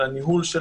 של הניהול,